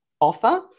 offer